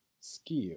skill